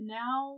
now